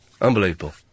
Unbelievable